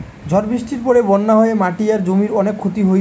ঝড় বৃষ্টির পরে বন্যা হয়ে মাটি আর জমির অনেক ক্ষতি হইছে